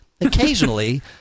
occasionally